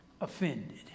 offended